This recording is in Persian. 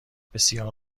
بسیار